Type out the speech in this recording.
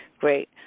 great